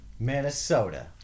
Minnesota